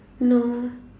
no